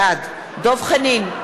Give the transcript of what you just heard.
בעד דב חנין,